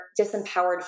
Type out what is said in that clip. disempowered